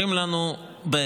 אומרים לנו בעצם: